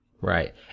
Right